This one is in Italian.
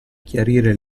chiarire